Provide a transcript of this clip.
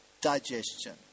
digestion